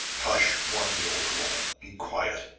hush! warned the older woman. be quiet!